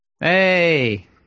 Hey